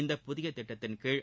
இந்தப் புதிய திட்டத்தின்கீழ்